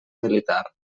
militar